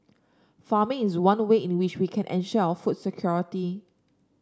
farming is one way in which we can ensure our food security